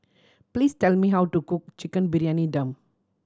please tell me how to cook Chicken Briyani Dum